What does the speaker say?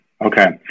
Okay